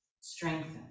strengthen